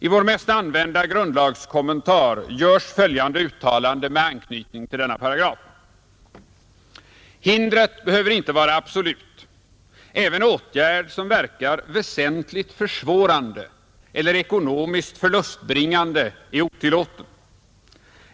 I vår mest använda grundlagskommentar görs följande uttalande med anknytning till denna paragraf: ”Hindret behöver ej vara absolut, även åtgärd, som verkar väsentligt försvårande eller ekonomiskt förlustbringande är otillåten.